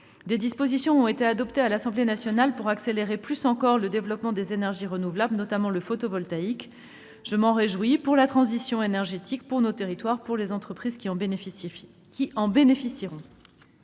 Des dispositions ont été adoptées à l'Assemblée nationale pour accélérer plus encore le développement des énergies renouvelables, notamment le photovoltaïque. Je m'en réjouis, pour la transition énergétique, pour nos territoires et pour les entreprises qui en bénéficieront.